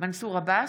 מנסור עבאס,